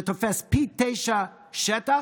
שתופס פי תשעה שטח,